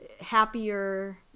happier